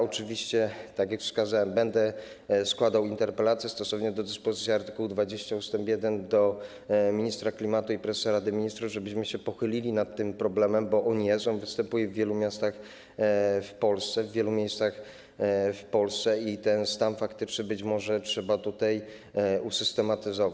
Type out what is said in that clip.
Oczywiście, tak jak wskazałem, będę składał, stosownie do dyspozycji art. 20 ust. 1, interpelację do ministra klimatu i prezesa Rady Ministrów, żebyśmy się pochylili nad tym problemem, bo on jest, on występuje w wielu miastach w Polsce, w wielu miejscach w Polsce, i ten stan faktyczny być może trzeba usystematyzować.